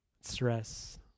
stress